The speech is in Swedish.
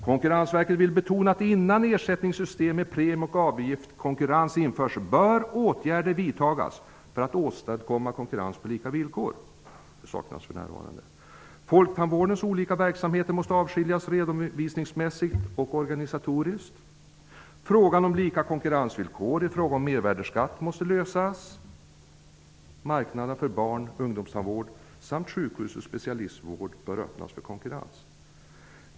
Konkurrensverket vill betona att åtgärder bör vidtas, innan ersättningssystem med premie och avgiftskonkurrens införs, för att åstadkomma konkurrens på lika villkor. Detta saknas för närvarande. Man menar att folktandvårdens olika verksamheter måste avskiljas redovisningsmässigt och organisatoriskt och att frågan om lika konkurrensvillkor när det gäller mervärdesskatt måste lösas. Dessutom bör marknaderna för barnoch ungdomstandvård samt för sjukhus och specialistvård öppnas för konkurrens.